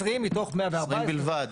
20 מתוך 114. 20 בלבד?